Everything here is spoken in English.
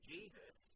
Jesus